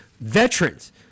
veterans